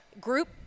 group